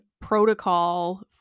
protocol